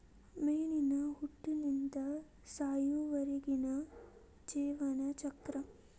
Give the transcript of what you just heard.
ಮೇನಿನ ಹುಟ್ಟಿನಿಂದ ಸಾಯುವರೆಗಿನ ಜೇವನ ಚಕ್ರ